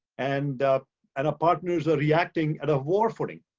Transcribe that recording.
and and our partners are reacting at a war footing.